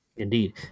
Indeed